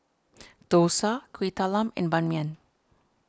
Dosa Kuih Talam and Ban Mian